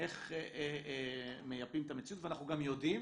איך מייפים את המציאות ואנחנו גם יודעים